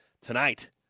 tonight